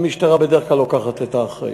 המשטרה בדרך כלל לוקחת את האחריות.